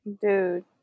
Dude